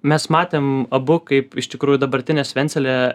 mes matėm abu kaip iš tikrųjų dabartinės svencelėje